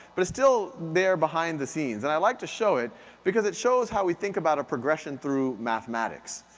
but it's still there behind the scenes. and i like to show it because it shows how we think about a progression through mathematics.